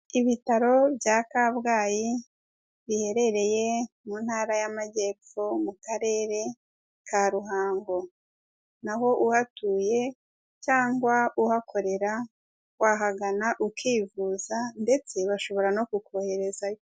Ibitaro bya Kabgayi biherereye mu Ntara y'Amajyepfo mu Karere ka Ruhango. Na ho uhatuye cyangwa uhakorera wahagana ukivuza ndetse bashobora no kukoherezayo.